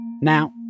Now